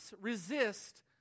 resist